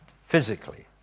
physically